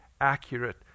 accurate